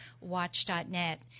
watch.net